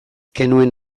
genuen